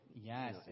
Yes